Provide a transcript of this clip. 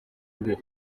urugo